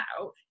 out